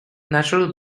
natural